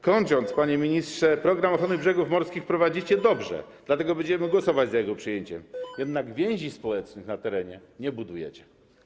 Kończąc, panie ministrze: „Program ochrony brzegów morskich” prowadzicie dobrze, dlatego będziemy głosować za jego przyjęciem, jednak więzi społecznych na terenie nie budujecie.